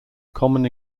common